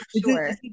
sure